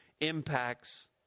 impacts